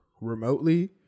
remotely